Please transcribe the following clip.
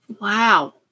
Wow